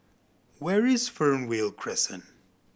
where is Fernvale Crescent